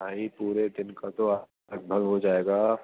بھائی پورے دن کا تو آپ لگ بھگ ہو جائے گا